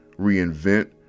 reinvent